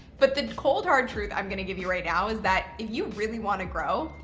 but the cold, hard truth i'm going to give you right now is that if you really want to grow,